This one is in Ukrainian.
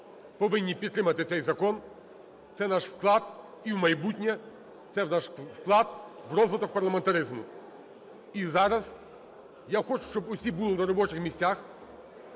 повинні підтримати цей закон. Це наш вклад і в майбутнє, це наш вклад в розвиток парламентаризму. І зараз я хочу, щоб всі були на робочих місцях.